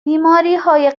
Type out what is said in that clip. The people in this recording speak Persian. بیماریهای